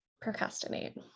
Procrastinate